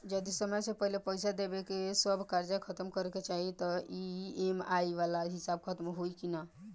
जदी समय से पहिले पईसा देके सब कर्जा खतम करे के चाही त ई.एम.आई वाला हिसाब खतम होइकी ना?